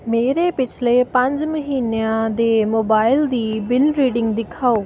ਮੇਰੇ ਪਿਛਲੇ ਪੰਜ ਮਹੀਨਿਆਂ ਦੇ ਮੋਬਾਈਲ ਦੀ ਬਿੱਲ ਰੀਡਿੰਗ ਦਿਖਾਓ